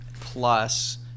plus